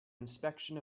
inspection